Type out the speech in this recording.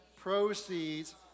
proceeds